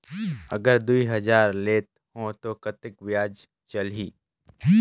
अगर दुई हजार लेत हो ता कतेक ब्याज चलही?